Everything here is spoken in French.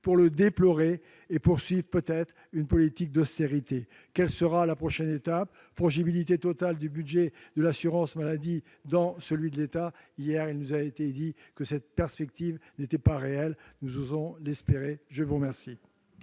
pour le déplorer et pouvoir poursuivre une politique d'austérité ? Quelle sera la prochaine étape ? La fongibilité totale du budget de l'assurance maladie dans celui de l'État ? Hier, il nous a été indiqué que cette perspective n'était pas réelle ; nous osons l'espérer ... La parole